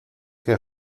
que